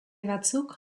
batzuk